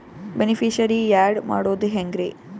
Beneficiary, add ಮಾಡೋದು ಹೆಂಗ್ರಿ?